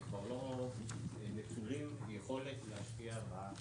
הם כבר לא נטולי יכולת להשפיע בעולם.